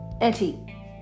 Etty